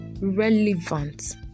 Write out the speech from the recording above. relevant